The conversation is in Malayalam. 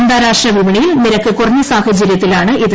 അന്താരാഷ്ട്ര വിപണിയിൽ നിരക്ക് കുറഞ്ഞ സാഹചര്യത്തിലാണ് ഇത്